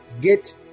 get